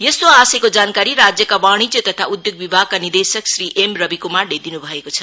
यस्तो आशयको जानकारी राज्यका वाणिज्य तथा उधोग विभागका निदेशक श्री एम रबी क्मारले दिन् भएको छ